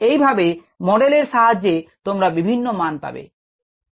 এই ভাবে মডেলের সাহায্যে তোমরা বিভিন্ন মান পাবে